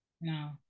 No